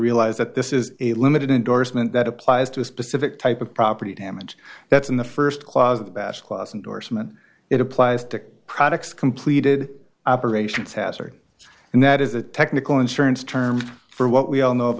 realize that this is a limited indorsement that applies to a specific type of property damage that's in the first clause of the bass clause indorsement it applies to products completed operations hazard and that is a technical insurance term for what we all know of